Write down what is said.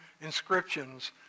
inscriptions